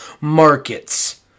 markets